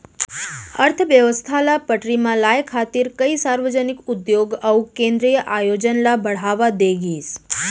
अर्थबेवस्था ल पटरी म लाए खातिर कइ सार्वजनिक उद्योग अउ केंद्रीय आयोजन ल बड़हावा दे गिस